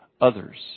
others